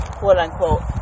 quote-unquote